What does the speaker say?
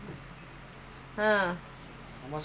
eighty thousand arrange பண்ணிட்டேன்:pannitteen